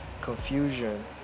Confusion